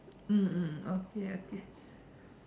mm mm okay okay